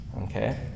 Okay